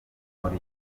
muri